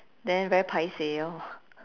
then very paiseh orh